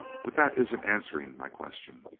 but that isn't answering my question.